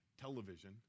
television